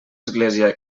església